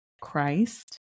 Christ